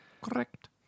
Correct